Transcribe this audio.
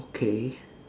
okay